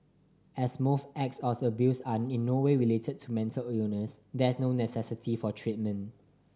as most acts of abuse are in no way related to mental illness there is no necessity for treatment